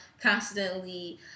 constantly